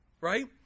right